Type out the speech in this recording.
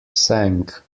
sank